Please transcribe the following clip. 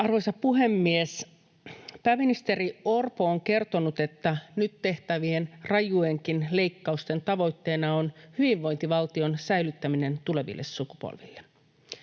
Arvoisa puhemies! Pääministeri Orpo on kertonut, että nyt tehtävien rajujenkin leikkausten tavoitteena on hyvinvointivaltion säilyttäminen tuleville sukupolville.